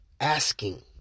asking